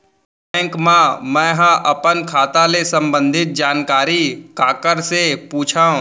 Bank मा मैं ह अपन खाता ले संबंधित जानकारी काखर से पूछव?